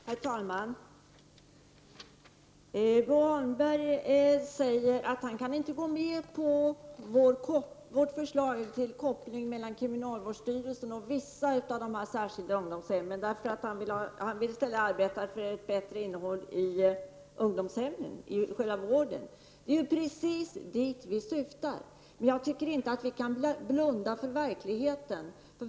Herr talman! Bo Holmberg säger att han inte kan gå med på vårt förslag till koppling mellan kriminalvårdsstyrelsen och vissa av de särskilda ungdomshemmen. Han vill i stället arbeta för ett bättre innehåll i själva vården på ungdomshemmen. Det är precis dit vi syftar. Men jag tycker inte att vi kan blunda för verkligheten.